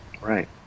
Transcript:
right